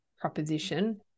proposition